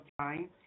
time